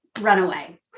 runaway